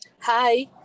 Hi